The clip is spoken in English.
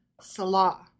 Salah